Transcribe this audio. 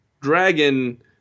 dragon